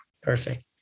Perfect